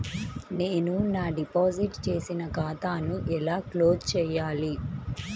నేను నా డిపాజిట్ చేసిన ఖాతాను ఎలా క్లోజ్ చేయాలి?